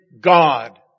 God